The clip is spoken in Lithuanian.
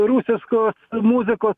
rusiškos muzikos